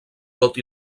tot